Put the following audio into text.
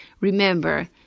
Remember